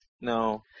No